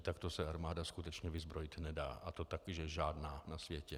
Takto se armáda skutečně vyzbrojit nedá, a to taky že žádná na světě.